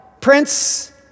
Prince